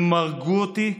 הם הרגו אותי.